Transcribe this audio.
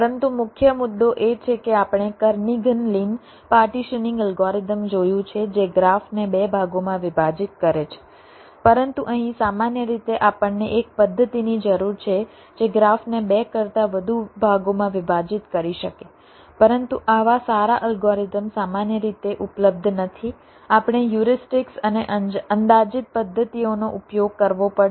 પરંતુ મુખ્ય મુદ્દો એ છે કે આપણે કર્નિઘન લિન પાર્ટીશનીંગ અલ્ગોરિધમ જોયું છે જે ગ્રાફને બે ભાગોમાં વિભાજિત કરે છે પરંતુ અહીં સામાન્ય રીતે આપણને એક પદ્ધતિની જરૂર છે જે ગ્રાફને બે કરતાં વધુ ભાગોમાં વિભાજિત કરી શકે પરંતુ આવા સારા અલ્ગોરિધમ સામાન્ય રીતે ઉપલબ્ધ નથી આપણે હ્યુરિસ્ટિક્સ અને અંદાજિત પદ્ધતિઓનો ઉપયોગ કરવો પડશે